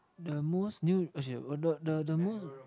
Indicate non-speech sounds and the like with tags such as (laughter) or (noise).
the most new (noise) the the the most